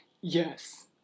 Yes